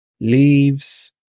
Leaves